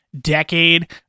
decade